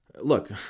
Look